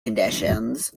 conditions